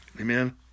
Amen